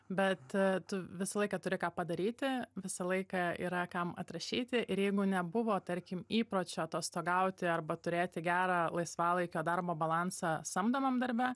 bet tu visą laiką turi ką padaryti visą laiką yra kam atrašyti ir jeigu nebuvo tarkim įpročio atostogauti arba turėti gerą laisvalaikio darbo balansą samdomam darbe